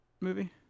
movie